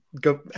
go